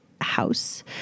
house